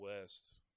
West